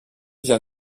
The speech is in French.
vient